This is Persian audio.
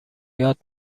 یاد